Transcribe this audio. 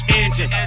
engine